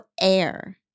air